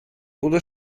oder